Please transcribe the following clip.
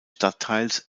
stadtteils